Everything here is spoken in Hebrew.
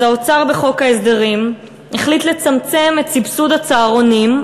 אז האוצר בחוק ההסדרים החליט לצמצם את סבסוד הצהרונים,